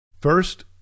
First